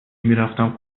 میرفتم